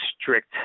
strict